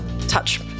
touch